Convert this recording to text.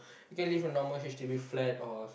you can live a normal H_D_B flat or